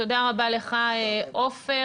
תודה רבה לך, עופר.